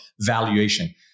valuation